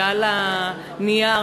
שעל הנייר,